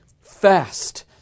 fast